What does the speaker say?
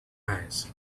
eyes